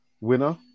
winner